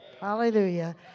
Hallelujah